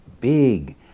big